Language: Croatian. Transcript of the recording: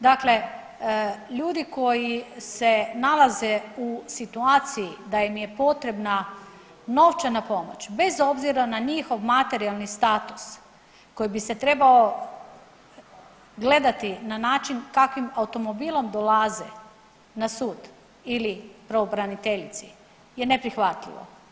Dakle, ljudi koji se nalaze u situaciji da im je potrebna novčana pomoć bez obzira na njihov materijalni status koji bi se trebao gledati na način kakvim automobilom dolaze na sud ili pravobraniteljici je neprihvatljivo.